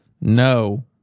No